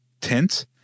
tint